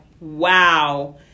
wow